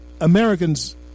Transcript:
Americans